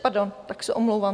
Pardon, tak se omlouvám.